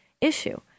issue